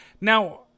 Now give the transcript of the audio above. Now